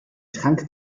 trank